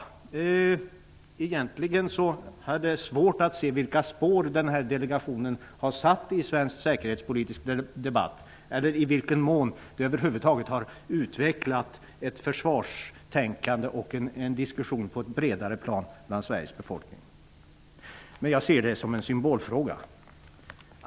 Det är egentligen svårt att se vilka spår denna delegation har satt i svensk säkerhetspolitisk debatt eller i vilken mån den över huvud taget har utvecklat ett försvarstänkande och en diskussion på ett bredare plan bland Sveriges befolkning. Men jag ser det som en symbolfråga.